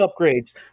upgrades